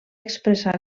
expressar